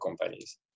companies